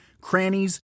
crannies